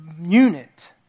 unit